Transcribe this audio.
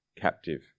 captive